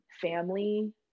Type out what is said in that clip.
family